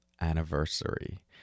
anniversary